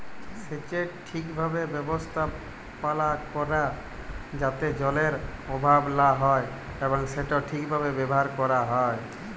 সেচের ঠিকভাবে ব্যবস্থাপালা ক্যরা যাতে জলের অভাব লা হ্যয় এবং সেট ঠিকভাবে ব্যাভার ক্যরা হ্যয়